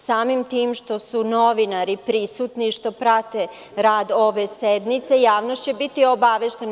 Samim tim što su novinari prisutni, što prate rad ove sednice, javnost će biti obaveštena.